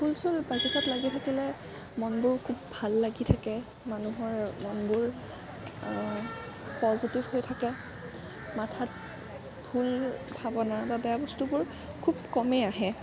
ফুল চুল বাগিচাত লাগি থাকিলে মনবোৰ খুব ভাল লাগি থাকে মানুহৰ মনবোৰ পজিটিভ হৈ থাকে মাথাত ভুল ভাবনা বা বেয়া বস্তুবোৰ খুব কমেই আহে